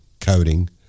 coding